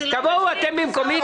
תבואו אתם במקומי,